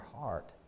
heart